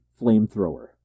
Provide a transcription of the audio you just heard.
flamethrower